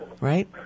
Right